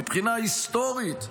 מבחינה היסטורית,